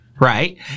right